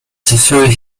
through